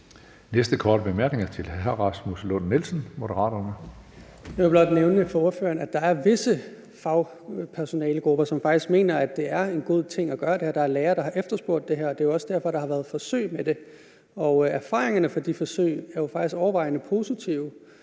Moderaterne. Kl. 18:29 Rasmus Lund-Nielsen (M): Jeg vil blot nævne for ordføreren, at der er visse fagpersonalegrupper, som faktisk mener, at det er en god ting at gøre det her. Der er lærere, der har efterspurgt det her, og det er jo også derfor, der har været forsøg med det, og erfaringerne fra de forsøg er faktisk overvejende positive.